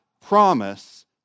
promise